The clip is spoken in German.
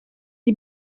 die